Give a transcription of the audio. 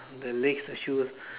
the legs the shoes